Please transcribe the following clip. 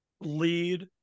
Lead